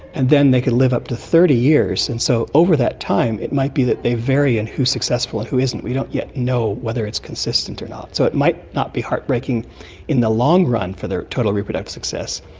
and then they can live up to thirty years. and so over that time it might be that they vary in who's successful and who isn't, we don't yet know whether it's consistent or not. so it might not be heartbreaking in the long run for their total reproductive success,